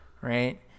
Right